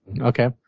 Okay